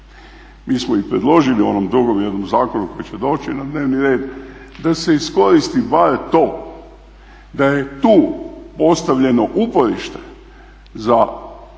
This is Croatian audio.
Mi smo predložili u onom drugom jednom zakonu koji će doći na dnevni red da se iskoristi bar to da je tu ostavljeno uporište za tumačenje